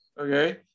okay